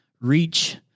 reach